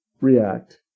react